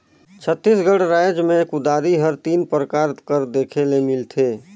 छत्तीसगढ़ राएज मे कुदारी हर तीन परकार कर देखे ले मिलथे